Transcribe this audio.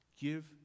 give